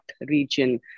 region